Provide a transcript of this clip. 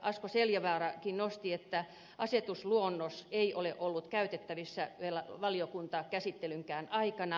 asko seljavaarakin nosti että asetusluonnos ei ole ollut käytettävissä vielä valiokuntakäsittelynkään aikana